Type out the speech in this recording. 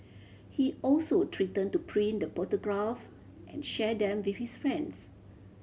he also threatened to print the photograph and share them with his friends